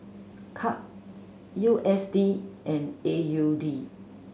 Kyat U S D and A U D